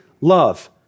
love